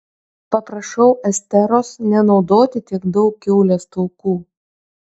paprašau esteros nenaudoti tiek daug kiaulės taukų